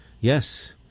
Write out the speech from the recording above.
Yes